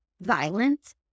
violent